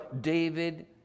David